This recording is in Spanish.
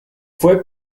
fue